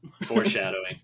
Foreshadowing